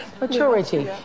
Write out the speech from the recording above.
Maturity